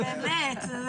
אם